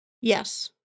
Yes